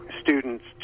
students